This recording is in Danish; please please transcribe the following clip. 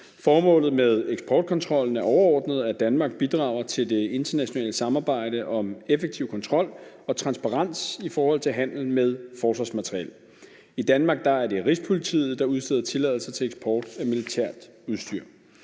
Formålet med eksportkontrollen er overordnet, at Danmark bidrager til det internationale samarbejde om effektiv kontrol og transparens i forhold til handel med forsvarsmateriel. I Danmark er det Rigspolitiet, der udsteder tilladelse til eksport af militært udstyr.